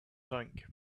tank